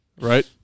Right